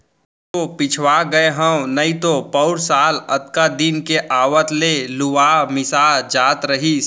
एसो पिछवा गए हँव नइतो पउर साल अतका दिन के आवत ले लुवा मिसा जात रहिस